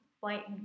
white